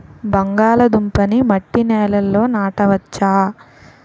బంగాళదుంప నీ మట్టి నేలల్లో నాట వచ్చా?